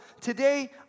today